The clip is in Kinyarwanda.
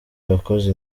wakoze